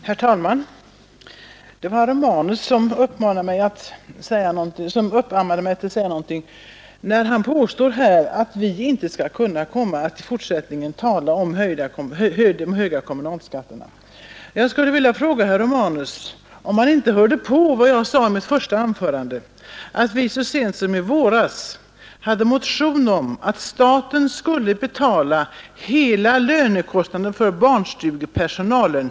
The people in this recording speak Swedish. Herr talman! Det var herr Romanus som tvingade mig till en replik. Han påstår här att vpk inte skall kunna komma att i fortsättningen tala om de höga kommunalskatterna. Jag skulle vilja fråga herr Romanus om han inte hörde på vad jag sade i mitt första anförande. Så sent som i våras hade vi en motion om att staten skulle betala hela lönekostnaden för barnstugepersonalen.